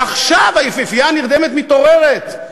ועכשיו היפהפייה הנרדמת מתעוררת.